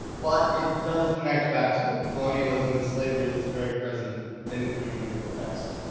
but it does connect back to the colonialism and slavery that's very present in the three hundred year old text.